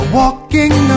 walking